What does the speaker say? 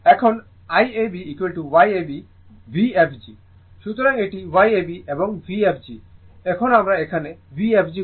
সুতরাং এটি Y ab এবং Vfg এখন আমরা এখানে Vfg গণনা করেছি